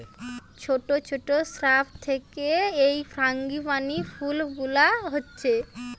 ছোট ছোট শ্রাব থিকে এই ফ্রাঙ্গিপানি ফুল গুলা হচ্ছে